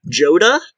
Joda